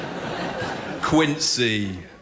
Quincy